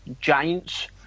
giants